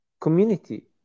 community